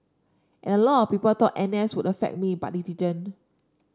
a lot of people thought N S would affect me but it didn't